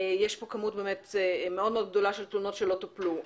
יש פה באמת כמות מאוד מאוד גדולה של תלונות שלא טופלו.